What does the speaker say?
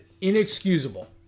inexcusable